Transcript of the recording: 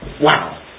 Wow